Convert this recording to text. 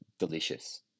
delicious